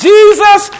Jesus